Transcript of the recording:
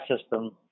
system